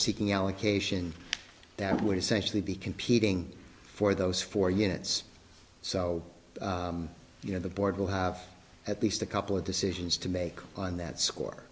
seeking allocation that would essentially be competing for those four units so you know the board will have at least a couple of decisions to make on that score